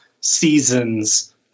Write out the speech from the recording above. seasons